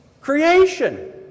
creation